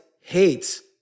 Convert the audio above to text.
hates